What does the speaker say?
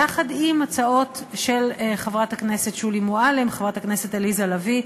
יחד עם הצעות של חברת הכנסת שולי מועלם וחברת הכנסת עליזה לביא,